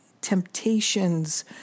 temptations